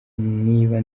niba